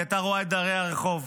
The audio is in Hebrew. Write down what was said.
היא הייתה רואה את דיירי הרחוב,